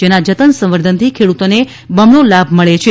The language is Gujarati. જેના જતન સંવર્ધનથી ખેડૂતોને બમણો લાભ મળે છે